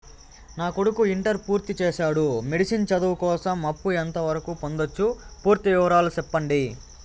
నా కొడుకు ఇంటర్ పూర్తి చేసాడు, మెడిసిన్ చదువు కోసం అప్పు ఎంత వరకు పొందొచ్చు? పూర్తి వివరాలు సెప్పండీ?